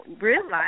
realize